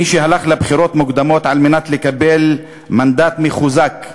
מי שהלך לבחירות מוקדמות כדי לקבל מנדט מחוזק,